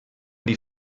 die